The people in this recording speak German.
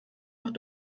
auch